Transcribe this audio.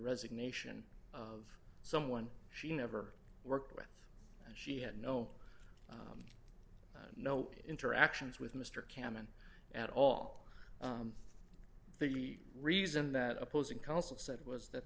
resignation of someone she never worked with and she had no no interactions with mr cammon at all figure the reason that opposing counsel said was that